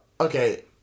okay